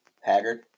Haggard